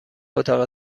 اتاق